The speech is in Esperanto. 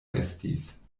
estis